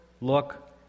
look